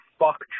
fuck